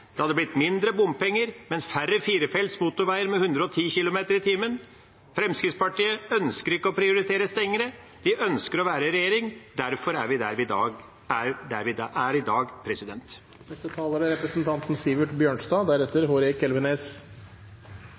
Det hadde blitt mindre bompenger, men færre firefelts motorveier med 110 km/t. Fremskrittspartiet ønsker ikke å prioritere strengere. De ønsker å være i regjering. Derfor er vi der vi er i dag. Det er